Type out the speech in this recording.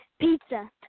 Pizza